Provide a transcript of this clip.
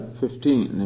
fifteen